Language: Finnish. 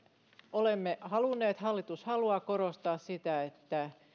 olemme halunneet hallitus haluaa korostaa sitä että